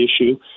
issue